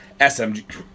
SMG